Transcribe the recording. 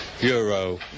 euro